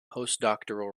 postdoctoral